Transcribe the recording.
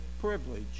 privilege